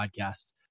Podcasts